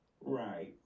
Right